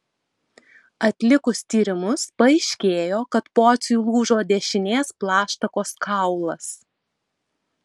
atlikus tyrimus paaiškėjo kad pociui lūžo dešinės plaštakos kaulas